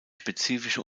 spezifische